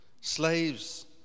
Slaves